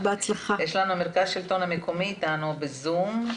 מרכז השלטון המקומי אתנו בזום.